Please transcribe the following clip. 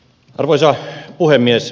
arvoisa puhemies